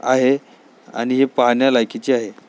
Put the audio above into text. आहे आणि हे पाहण्या लायकीचे आहे